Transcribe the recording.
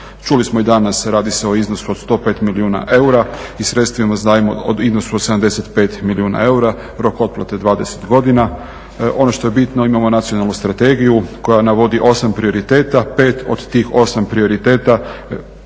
Čuli smo i danas radi se o iznosu od 105 milijuna eura i sredstvima zajma u iznosu od 75 milijuna eura, rok otplate 20 godina. Ono što je bitno, imamo nacionalnu strategiju koja navodi 8 prioriteta, 5 od tih 8 prioriteta